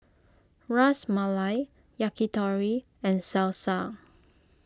Ras Malai Yakitori and Salsa